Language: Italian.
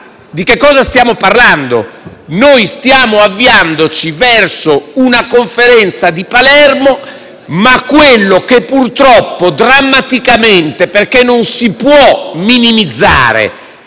di cosa stiamo parlando? Stiamo avviandoci verso la Conferenza di Palermo, ma quello che purtroppo drammaticamente - perché non si può minimizzare